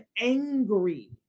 angry